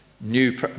new